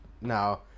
No